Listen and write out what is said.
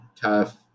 tough